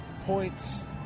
points